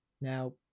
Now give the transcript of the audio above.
now